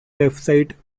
website